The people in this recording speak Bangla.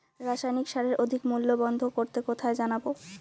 রাসায়নিক সারের অধিক মূল্য বন্ধ করতে কোথায় জানাবো?